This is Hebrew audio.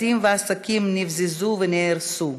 בתים ועסקים נבזזו ונהרסו.